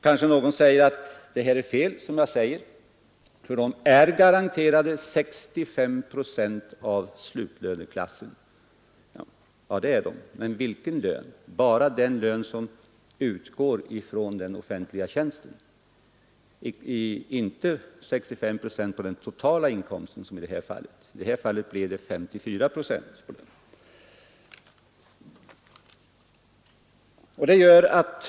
Kanske någon säger att mina påståenden är felaktiga, eftersom pensionstagarna är garanterade 65 procent av slutlöneklassen. Ja, det är de, men det gäller bara den lön som utgår från den offentliga tjänsten. Det är inte 65 procent av den totala inkomsten. I detta fall blir det 54 procent av den totala inkomsten.